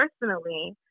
personally